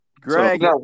Greg